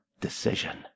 decision